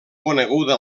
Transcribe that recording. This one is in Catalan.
coneguda